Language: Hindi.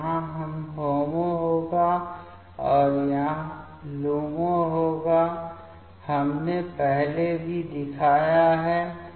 तो यहाँ यह HOMO होगा और यह LUMO होगा हमने पहले भी दिखाया है